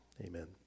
Amen